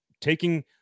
taking